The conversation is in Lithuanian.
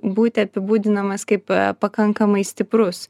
būti apibūdinamas kaip pakankamai stiprus